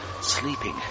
Sleeping